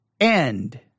end